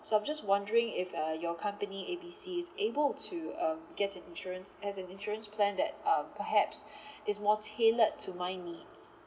so I'm just wondering if uh your company A B C is able to um get an insurance as in insurance plan that um perhaps it's more tailored to my needs